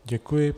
Děkuji.